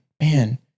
Man